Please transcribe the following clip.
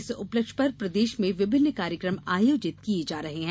इस उपलक्ष्य पर प्रदेश में विभिन्न कार्यकम आयोजित किये जा रहे हैं